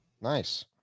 Nice